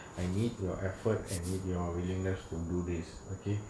I need your effort and need your willingness to do this okay